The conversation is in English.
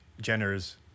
Jenner's